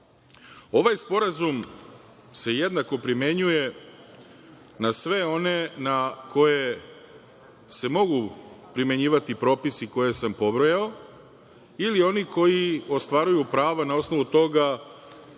sporazum se jednako primenjuje na sve one na koje se mogu primenjivati propisi koje sam pobrojao ili oni koji ostvaruju prava na osnovu toga